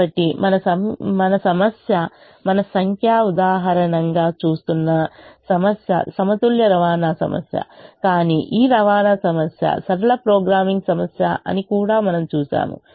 కాబట్టి మన సమస్య మనం సంఖ్యా ఉదాహరణగా చూస్తున్న సమస్య సమతుల్య రవాణా సమస్య కానీ ఈ రవాణా సమస్య సరళ ప్రోగ్రామింగ్ సమస్య అని కూడా మనము చూశాము